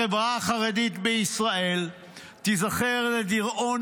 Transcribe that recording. החברה החרדית בישראל תיזכר לדיראון